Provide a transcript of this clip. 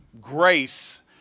grace